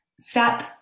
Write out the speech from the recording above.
step